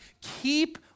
keep